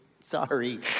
sorry